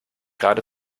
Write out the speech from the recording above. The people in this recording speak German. gerade